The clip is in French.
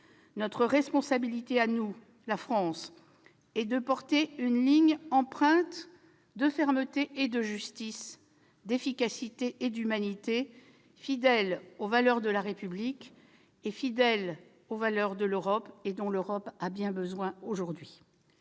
La responsabilité de la France est de porter une ligne empreinte de fermeté et de justice, d'efficacité et d'humanité, fidèle aux valeurs de la République, fidèle aux valeurs de l'Europe, qui en a besoin.